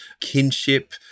kinship